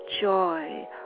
joy